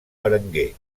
berenguer